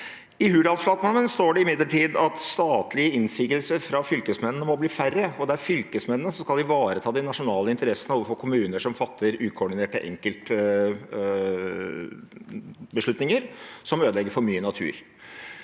I Hurdalsplattformen står det imidlertid at statlige innsigelser fra statsforvalterne må bli færre, og det er statsforvalterne som skal ivareta de nasjonale interessene overfor kommuner som fatter ukoordinerte enkeltbeslutninger som ødelegger for mye natur.